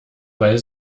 weil